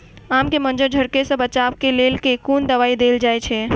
आम केँ मंजर झरके सऽ बचाब केँ लेल केँ कुन दवाई देल जाएँ छैय?